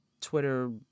Twitter